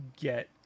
get